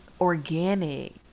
organic